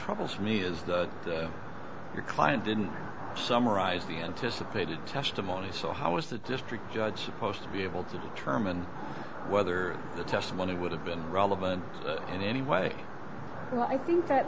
troubles me is that your client didn't summarize the anticipated testimony so how was that just tricked judge post to be able to determine whether the testimony would have been relevant in any way i think that